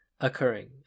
occurring